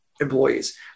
employees